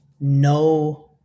no